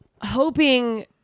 hoping